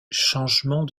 changement